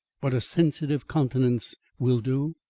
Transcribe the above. what a sensitive countenance will do!